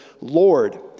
Lord